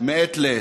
מעת לעת: